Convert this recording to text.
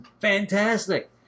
fantastic